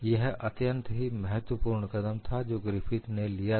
यह अत्यंत ही महत्वपूर्ण कदम था जो ग्रिफिथ ने लिया था